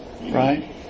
Right